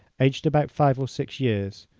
aged about five or six years,